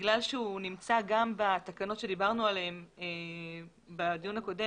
בגלל שהוא נמצא גם בתקנות עליהן דיברנו בדיון הקודם,